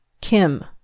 Kim